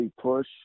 Push